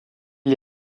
est